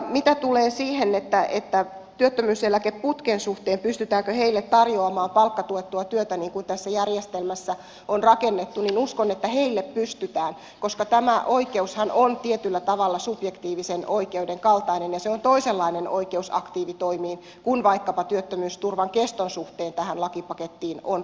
mitä tulee työttömyyseläkeputken suhteen pystytäänkö heille tarjoamaan palkkatuettua työtä niin kuin tässä järjestelmässä on rakennettu niin uskon että heille pystytään koska tämä oikeushan on tietyllä tavalla subjektiivisen oikeuden kaltainen ja se on toisenlainen oikeus aktiivitoimiin kuin vaikkapa työttömyysturvan keston suhteen tähän lakipakettiin on rakennettu